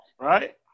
Right